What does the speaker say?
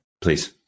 Please